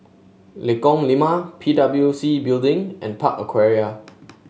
Lengkong Lima P W C Building and Park Aquaria